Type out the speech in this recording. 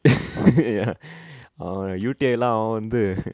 uh ah U_T_I lah அவ வந்து:ava vanthu